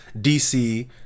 DC